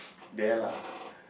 there lah